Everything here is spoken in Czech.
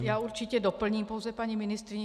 Já určitě doplním pouze paní ministryni.